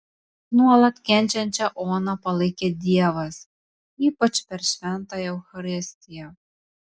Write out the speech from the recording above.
nuolat kenčiančią oną palaikė dievas ypač per šventąją eucharistiją